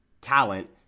talent